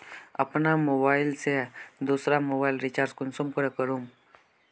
अपना मोबाईल से दुसरा मोबाईल रिचार्ज कुंसम करे करूम?